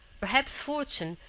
perhaps fortune,